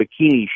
bikini